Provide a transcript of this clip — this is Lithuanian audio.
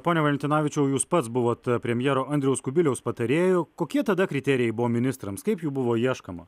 pone valentinavičiau jūs pats buvot premjero andriaus kubiliaus patarėju kokie tada kriterijai buvo ministrams kaip jų buvo ieškoma